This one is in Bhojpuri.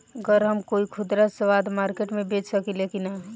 गर हम कोई खुदरा सवदा मारकेट मे बेच सखेला कि न?